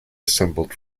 assembled